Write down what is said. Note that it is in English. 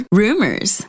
rumors